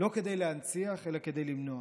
לא כדי להנציח, אלא כדי למנוע.